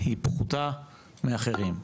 היא פחותה מאחרים,